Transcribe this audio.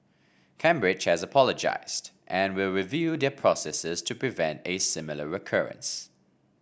Cambridge has apologised and will review their processes to prevent a similar recurrence